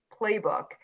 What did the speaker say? playbook